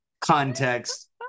context